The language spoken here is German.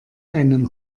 einen